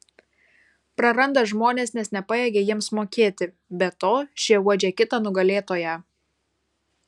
praranda žmones nes nepajėgia jiems mokėti be to šie uodžia kitą nugalėtoją